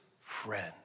friend